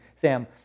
Sam